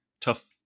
tough